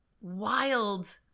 wild